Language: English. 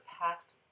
packed